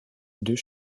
deux